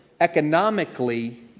economically